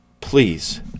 please